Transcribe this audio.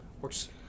works